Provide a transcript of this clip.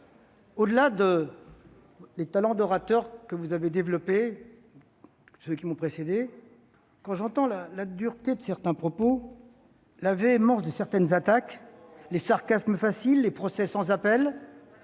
au-delà des talents d'orateur qu'ont déployés ceux qui m'ont précédé, la dureté de certains propos, la véhémence de certaines attaques, les sarcasmes faciles, les procès sans appel